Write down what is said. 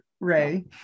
ray